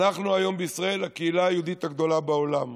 אנחנו היום בישראל הקהילה היהודית הגדולה בעולם.